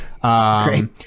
Great